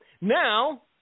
Now